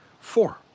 Four